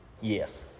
Yes